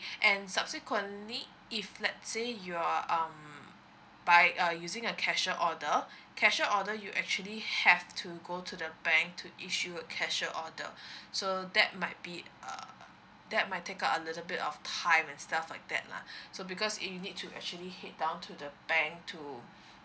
and subsequently if let say you're um by uh using a cashier order cashier order you actually have to go to the bank to issue a cashier order so that might be uh that my take out a little bit of time and stuff like that lah so because if you need to actually head down to the bank to